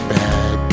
bad